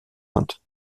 hand